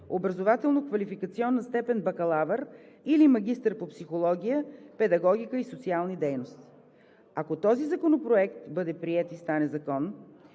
образователно-квалификационна степен „бакалавър“ или „магистър“ по психология, педагогика и социални дейности. Ако този законопроект бъде приет, стане закон